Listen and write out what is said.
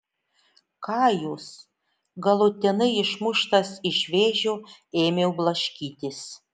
ką jūs galutinai išmuštas iš vėžių ėmiau blaškytis